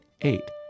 eight